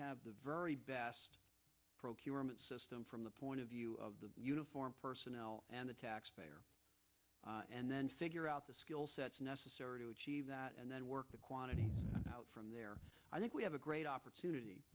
have the very best procurement system from the point of view of the uniformed personnel and the taxpayer and then figure out the skill sets necessary to achieve that and then work the quantity out from there i think we have a great opportunity